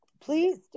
please